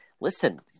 listen